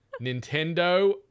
nintendo